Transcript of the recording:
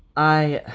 i.